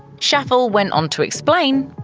schaffel went on to explain,